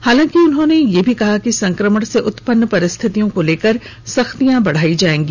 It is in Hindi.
हालांकि उन्होंने यह भी कहा कि संक्रमण से उत्पन्न परिस्थितियों को लेकर सख्तियां बढ़ायी जाएँगी